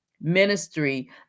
ministry